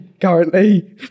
currently